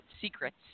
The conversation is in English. secrets